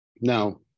now